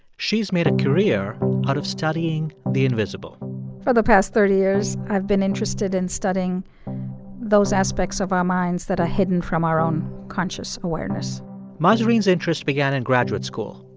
she's made a career out of studying the invisible for the past thirty years, i've been interested in studying those aspects of our minds that are hidden from our own conscious awareness mahzarin's interest began in graduate school.